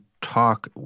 talk